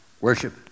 worship